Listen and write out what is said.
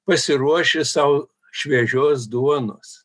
pasiruoši sau šviežios duonos